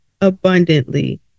abundantly